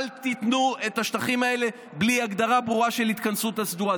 אל תיתנו את השטחים האלה בלי הגדרה ברורה של ההתכנסות הסדורה.